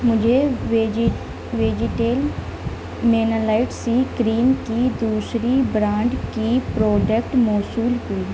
مجھے vegetal melanite C cream کی دوسری برانڈ کی پروڈکٹ موصول ہوئی